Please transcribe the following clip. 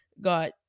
got